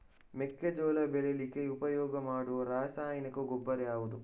ಮೆಕ್ಕೆಜೋಳ ಬೆಳೀಲಿಕ್ಕೆ ಉಪಯೋಗ ಮಾಡುವ ರಾಸಾಯನಿಕ ಗೊಬ್ಬರ ಯಾವುದು?